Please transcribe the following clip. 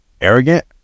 arrogant